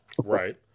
Right